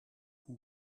who